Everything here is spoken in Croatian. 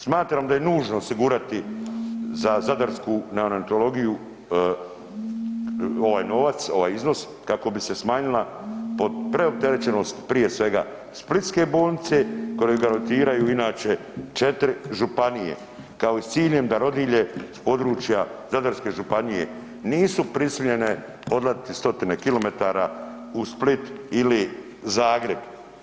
Smatram da je nužno osigurati za zadarsku neonatologiju ovaj novac, ovaj iznos kako bi se smanjila preopterećenost prije svega splitske bolnice koje gravitiraju inače 4 županije kao s ciljem da rodilje s područja Zadarske županije nisu prisiljene … [[ne razumije se]] stotine kilometara u Split ili Zagreb.